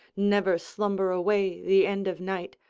never slumber away the end of night,